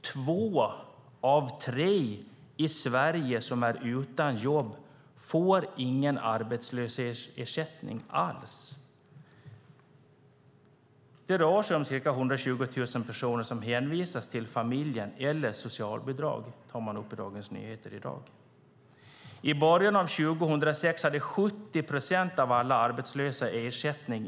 Två av tre av dem i Sverige som är utan jobb får ingen arbetslöshetsersättning alls. Det rör sig om ca 120 000 personer som hänvisas till familjen eller socialbidrag. Det tar man upp i Dagens Nyheter i dag. I början av 2006 hade 70 procent av alla arbetslösa ersättning.